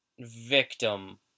victim